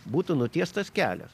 būtų nutiestas kelias